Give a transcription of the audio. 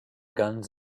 guns